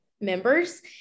members